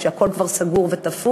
מפני שהכול כבר סגור ותפור.